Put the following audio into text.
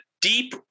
deep